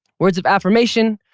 words of affirmation